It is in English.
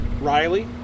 Riley